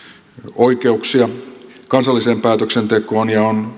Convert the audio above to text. oikeuksia kansalliseen päätöksentekoon